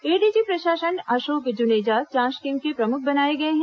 ADG प्रशासन अशोक जुनेजा जांच team के प्रमुख बनाए गए हैं